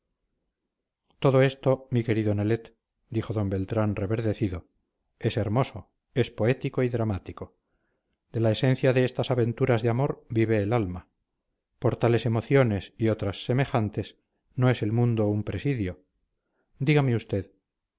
todo esto mi querido nelet dijo don beltrán reverdecido es hermoso es poético y dramático de la esencia de estas aventuras de amor vive el alma por tales emociones y otras semejantes no es el mundo un presidio dígame usted